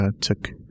took